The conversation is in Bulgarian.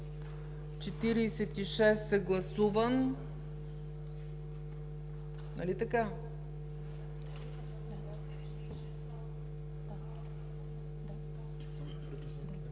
46 е гласуван… Нали така?